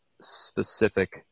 specific